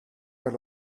per